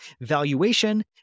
valuation